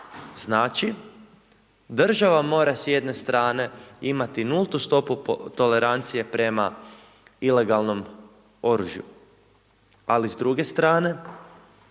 Znači država mora s jedne strane imati nultu stopu tolerancije prema ilegalnom oružju, ali s druge strane